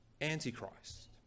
Antichrist